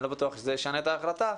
אני לא בטוח שזה ישנה את ההחלטה,